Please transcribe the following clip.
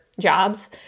jobs